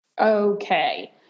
Okay